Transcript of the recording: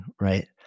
right